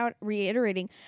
reiterating